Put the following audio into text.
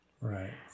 Right